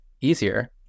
easier